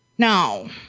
Now